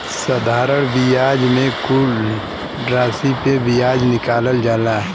साधारण बियाज मे मूल रासी पे बियाज निकालल जाला